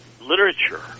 Literature